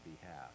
behalf